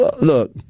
Look